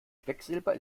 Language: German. quecksilber